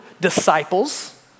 disciples